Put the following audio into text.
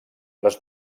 les